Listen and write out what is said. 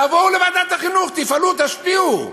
תבואו לוועדת החינוך, תפעלו, תשפיעו.